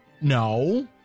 no